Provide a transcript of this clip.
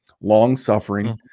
long-suffering